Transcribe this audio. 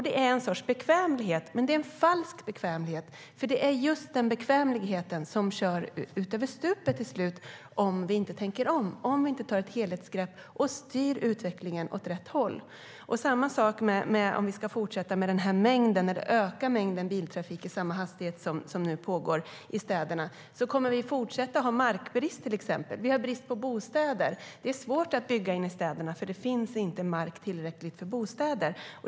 Det är en sorts bekvämlighet, men det är en falsk bekvämlighet. Det är just den bekvämligheten som kör ut över stupet till slut om vi inte tänker om, om vi inte tar ett helhetsgrepp och styr utvecklingen åt rätt håll. Det är samma sak om vi ska fortsätta att öka mängden biltrafik i samma hastighet som nu pågår i städerna. Då kommer vi till exempel att fortsätta att ha markbrist. Vi har brist på bostäder. Det är svårt att bygga inne i städerna då det inte finns tillräckligt med mark för bostäder.